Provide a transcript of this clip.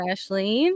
Ashley